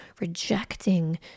rejecting